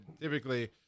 typically